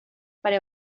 pare